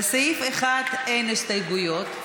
לסעיף 1 אין הסתייגויות.